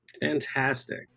Fantastic